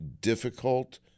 difficult